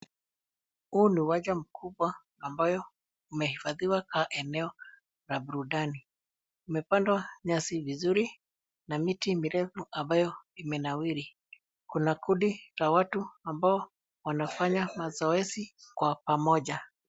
Huu ni uwanja mkubwa ambayo imehifadhiwa kama eneo la burudani. Imepandwa nyasi vizuri na miti mirefu ambayo imenawiri. Kuna kundi la watu ambao wanafanya mazoezi kwa pamoja.